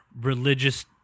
religious